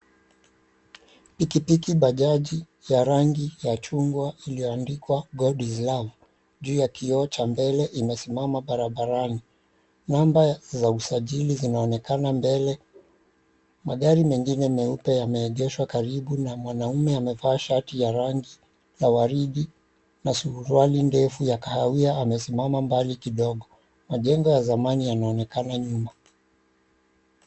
Pikipiki bajaji ya rangi ya chungwa iliyoandikwa God is love juu ya kioo cha mbele imesimama barabarani. Namba za usajili zinaonekana mbele magari mengine meupe yameegeshwa karibu na mwanaume amevaa shati ya rangi la waridi na suruali ndefu ya kahawia amesimama mbali kidogo. Majengo ya zamani yanaonekana nyuma.